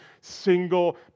single